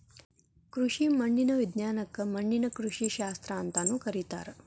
ಕೃಷಿ ಮಣ್ಣಿನ ವಿಜ್ಞಾನಕ್ಕ ಮಣ್ಣಿನ ಕೃಷಿಶಾಸ್ತ್ರ ಅಂತಾನೂ ಕರೇತಾರ